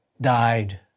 died